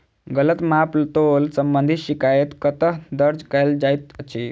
गलत माप तोल संबंधी शिकायत कतह दर्ज कैल जाइत अछि?